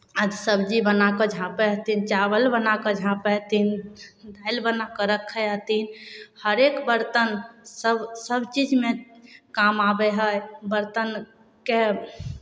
आ सबजी बना कऽ झाँपै हथिन चावल बना कऽ झाँपै हथिन दालि बना कऽ रखै हथिन हरेक बर्तनसभ सभ चीजमे काम आबै हइ बरतनके